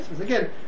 again